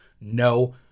no